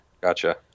Gotcha